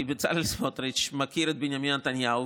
כי בצלאל סמוטריץ' מכיר את בנימין נתניהו,